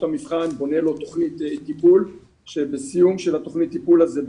המבחן בונה לו תוכנית טיפול ובסיום תוכנית הטיפול הזה,